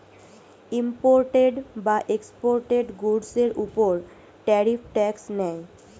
imported বা exported গুডসের উপর ট্যারিফ ট্যাক্স নেয়